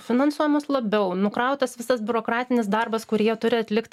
finansuojamos labiau nukrautas visas biurokratinis darbas kurį jie turi atlikt